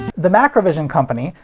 the macrovision company,